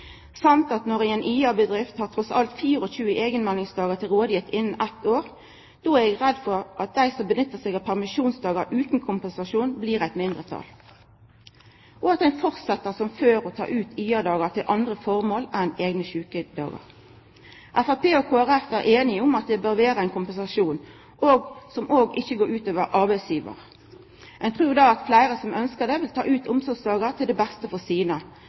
har ein trass alt 24 eigenmeldingsdagar til rådigheit innan eit år, og då er eg redd for at dei som brukar permisjonsdagar utan kompensasjon, blir eit mindretal, og at ein fortset som før og tek ut IA-dagar til andre formål enn eigne sjukedagar. Framstegspartiet og Kristeleg Folkeparti er einige om at det bør vera ein kompensasjon som ikkje skal gå ut over arbeidsgivar. Ein trur at fleire som ønskjer det, vil ta ut omsorgsdagar til det beste for sine,